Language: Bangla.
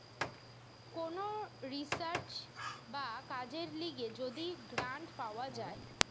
কোন রিসার্চ বা কাজের লিগে যদি গ্রান্ট পাওয়া যায়